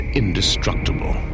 indestructible